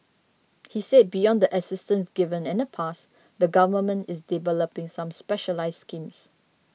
he said beyond the assistance given in the past the government is developing some specialised schemes